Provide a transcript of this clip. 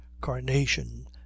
carnation